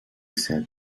said